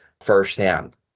firsthand